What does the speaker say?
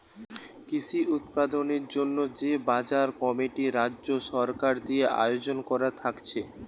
কৃষি উৎপাদনের জন্যে যে বাজার কমিটি রাজ্য সরকার দিয়ে আয়জন কোরা থাকছে